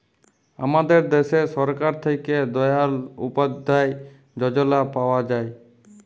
আমাদের দ্যাশে সরকার থ্যাকে দয়াল উপাদ্ধায় যজলা পাওয়া যায়